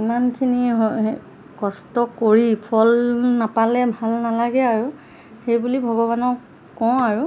ইমানখিনি কষ্ট কৰি ফল নাপালে ভাল নালাগে আৰু সেই বুলি ভগৱানক কওঁ আৰু